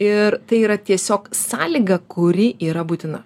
ir tai yra tiesiog sąlyga kuri yra būtina